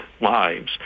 lives